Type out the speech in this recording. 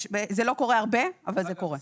יש, זה לא קורה הרבה, אבל זה קורה.